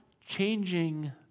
changing